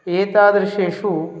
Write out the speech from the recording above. एतादृशेषु